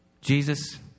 Jesus